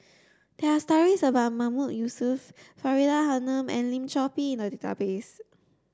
there are stories about Mahmood Yusof Faridah Hanum and Lim Chor Pee in the database